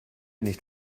nicht